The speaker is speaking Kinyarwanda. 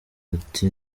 ati